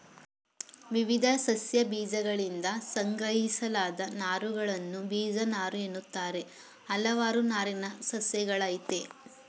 ವಿವಿಧ ಸಸ್ಯಗಳಬೀಜಗಳಿಂದ ಸಂಗ್ರಹಿಸಲಾದ ನಾರುಗಳನ್ನು ಬೀಜನಾರುಎನ್ನುತ್ತಾರೆ ಹಲವಾರು ನಾರಿನ ಸಸ್ಯಗಳಯ್ತೆ